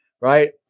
right